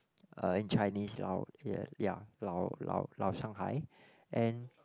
uh in Chinese 老 ya 老老老 Shanghai and